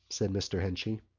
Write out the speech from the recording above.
said mr. henchy.